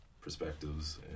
perspectives